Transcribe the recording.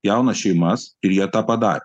jaunas šeimas ir jie tą padarė